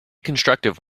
constructive